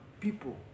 people